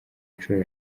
inshuro